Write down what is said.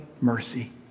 mercy